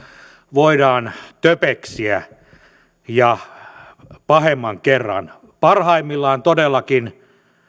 voidaan töpeksiä pahemman kerran parhaimmillaan todellakin